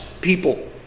people